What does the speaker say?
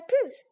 proof